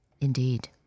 Indeed